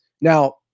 Now